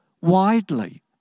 widely